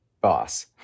boss